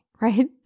right